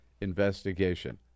investigation